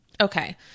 Okay